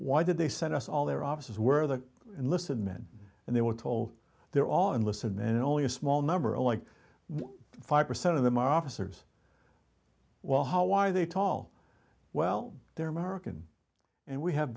why did they set us all their offices where the enlisted men and they were told they're all enlisted men only a small number of like five percent of them are officers well how why they tall well they're american and we have